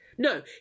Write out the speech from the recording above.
No